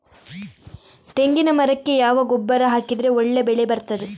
ತೆಂಗಿನ ಮರಕ್ಕೆ ಯಾವ ಗೊಬ್ಬರ ಹಾಕಿದ್ರೆ ಒಳ್ಳೆ ಬೆಳೆ ಬರ್ತದೆ?